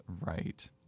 right